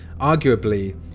Arguably